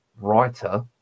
writer